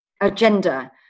agenda